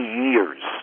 years